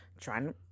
trying